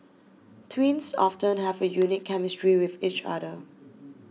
twins often have a unique chemistry with each other